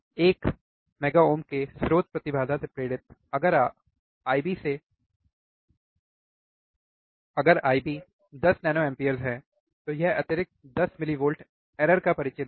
एक mega ohm के एक स्रोत प्रतिबाधा से प्रेरित अगर IB 10 नैनोएम्पियर है तो यह अतिरिक्त 10 मिलीवोल्ट error का परिचय देगा